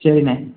சரிண்ணே